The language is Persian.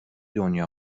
دنیا